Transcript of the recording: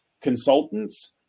consultants